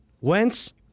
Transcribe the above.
Wentz